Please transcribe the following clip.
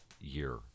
year